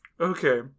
Okay